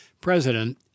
president